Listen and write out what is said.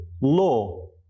law